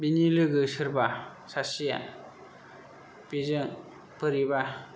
बेनि लोगो सोरबा सासेया बिजों बोरैबा